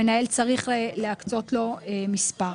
המנהל צריך להקצות לו מספר.